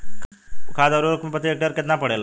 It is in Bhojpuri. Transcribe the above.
खाध व उर्वरक प्रति हेक्टेयर केतना पड़ेला?